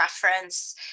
preference